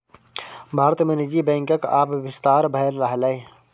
भारत मे निजी बैंकक आब बिस्तार भए रहलैए